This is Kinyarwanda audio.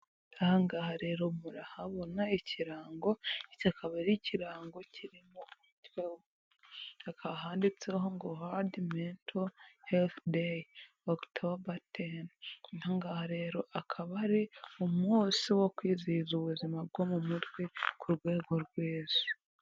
Aha ngaha rero murahabona ikirango, iki akaba ari ikirango kirimo umutwe, hakaba handitseho ngo world mental health day, October ten. Aha ngaha rero akaba ari umunsi wo kwizihiza ubuzima bwo mu mutwe, ku rwego rw'Isi